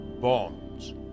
bonds